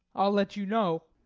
i'll let you know.